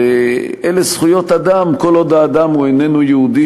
ואלה זכויות אדם כל עוד האדם איננו יהודי